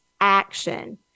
action